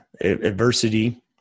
Adversity